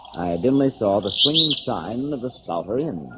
didn't i saw the swinging sign of a sovereign